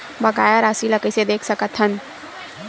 बकाया राशि ला कइसे देख सकत हान?